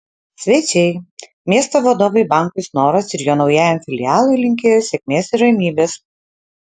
svečiai miesto vadovai bankui snoras ir jo naujajam filialui linkėjo sėkmės ir ramybės